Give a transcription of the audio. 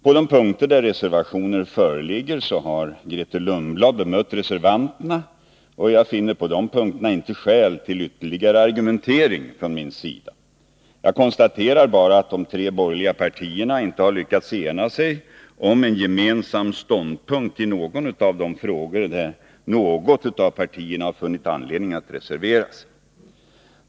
På de punkter där reservationer föreligger har Grethe Lundblad bemött reservanterna, och jag finner på dessa punkter inte skäl till ytterligare argumentering från min sida. Jag noterar bara att de tre borgerliga partierna inte har lyckats ena sig om en gemensam ståndpunkt i någon av de frågor där något av partierna har funnit anledning att reservera sig.